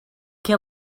què